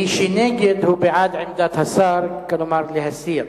מי שנגד, הוא בעד עמדת השר, כלומר להסיר.